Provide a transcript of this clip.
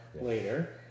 later